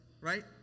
right